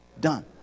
done